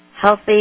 healthy